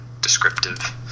descriptive